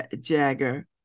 Jagger